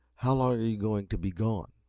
how long are you going to be gone?